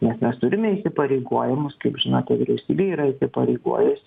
nes mes turime įsipareigojimus kaip žinote vyriausybė yra įsipareigojusi